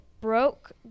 broke